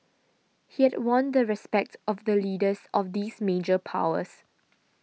he had won the respect of the leaders of these major powers